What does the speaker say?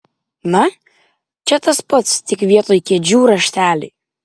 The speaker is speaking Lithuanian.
na čia tas pats tik vietoj kėdžių rašteliai